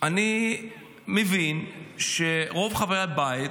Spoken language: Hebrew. אני מבין שרוב חברי הבית,